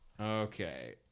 Okay